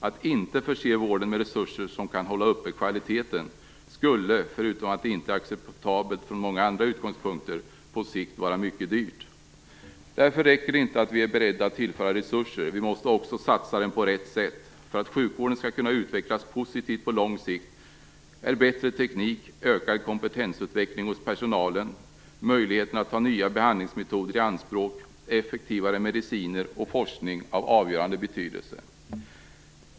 Att inte förse vården med resurser som kan håll uppe kvaliteten skulle, förutom att det inte är acceptabelt från många andra utgångspunkter, på sikt vara mycket dyrt. Därför räcker det inte att vi är beredda att tillföra resurser. Vi måste också satsa på rätt sätt. För att sjukvården på lång sikt skall kunna utvecklas positivt är bättre teknik, ökad kompetensutveckling hos personalen, möjligheterna att ta nya behandlingsmetoder i anspråk, effektivare mediciner och forskning av avgörande betydelse.